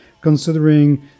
considering